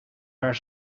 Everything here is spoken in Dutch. waar